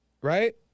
right